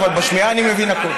אבל בשמיעה אני מבין הכול.